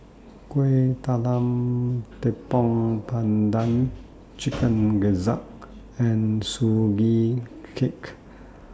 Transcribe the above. Kuih Talam Tepong Pandan Chicken Gizzard and Sugee Cake